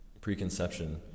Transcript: preconception